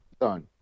Done